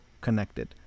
connected